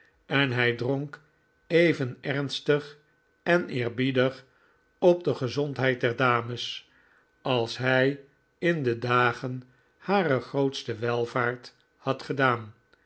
en hij dronk even ernstig en eerbiedig op de gezondheid der dames als hij in de dagen harer grootste welvaart had gedaan